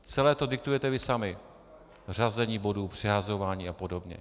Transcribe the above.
Celé to diktujete vy sami řazení bodů, přehazování a podobně.